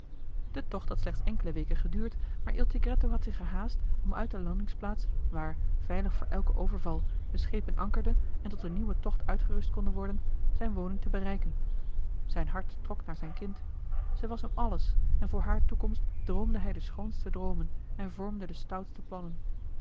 de tocht had slechts enkele weken geduurd maar il tigretto had zich gehaast om uit de landingsplaats joh h been paddeltje de scheepsjongen van michiel de ruijter waar veilig voor elken overval de schepen ankerden en tot een nieuwen tocht uitgerust konden worden zijn woning te bereiken zijn hart trok naar zijn kind zij was hem alles en voor haar toekomst droomde hij de schoonste droomen en vormde de stoutste plannen